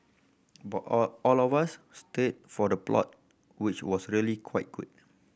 but all all of us stayed for the plot which was really quite good